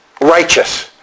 righteous